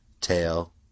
tail